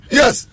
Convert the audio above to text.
yes